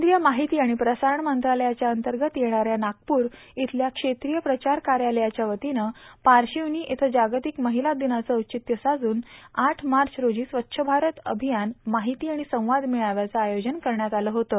केंद्रीय माहिती आणि प्रसारण मंत्रालयाच्या अंतर्गत येणाऱ्या नागप्रर इथल्या क्षेत्रीय प्रचार कार्यालयाच्या वतीनं पारशिवनी इथं जागतिक महिला दिनाचं औचित्य साध्रन आठ मार्च रोजी स्वच्छ भारत अभियान माहिती आणि संवाद मेळाव्याचं आयोजन करण्यात आलं होतं